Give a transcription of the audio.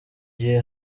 gihe